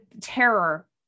terror